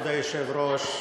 כבוד היושב-ראש,